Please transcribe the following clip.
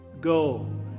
go